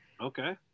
Okay